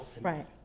Right